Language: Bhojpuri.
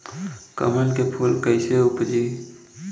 कमल के फूल कईसे उपजी?